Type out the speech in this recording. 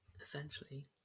essentially